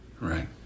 Right